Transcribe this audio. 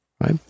right